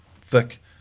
thick